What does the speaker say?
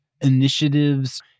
initiatives